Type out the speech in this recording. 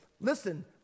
Listen